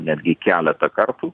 netgi keletą kartų